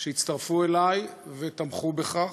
שהצטרפו אלי ותמכו בכך,